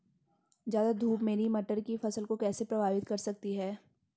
ज़्यादा धूप मेरी मटर की फसल को कैसे प्रभावित कर सकती है?